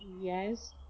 yes